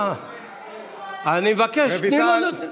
אני מבקש, תני לו.